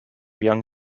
young